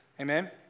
Amen